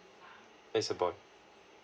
it's a boy